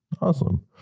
awesome